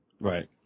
Right